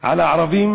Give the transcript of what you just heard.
על הערבים,